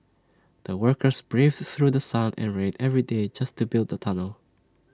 the workers braved through sun and rain every day just to build the tunnel